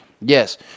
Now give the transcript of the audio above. Yes